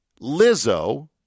Lizzo